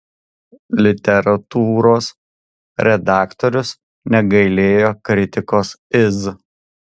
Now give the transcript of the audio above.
literatūros redaktorius negailėjo kritikos iz